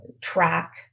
track